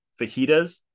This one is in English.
fajitas